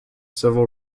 civil